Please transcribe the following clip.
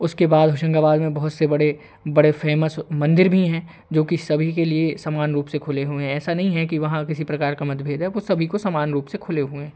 उसके बाद होशंगाबाद में बहुत से बड़े बड़े फ़ेमस मंदिर भी हैं जो कि सभी के लिए समान रूप से खुले हुए हैं कि ऐसा नहीं है कि वहाँ किसी प्रकार का मदभेद है वे सभी को समान रूप से खुले हुए हैं